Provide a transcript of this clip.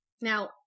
Now